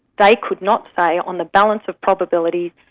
they could not say on the balance of probability,